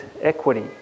equity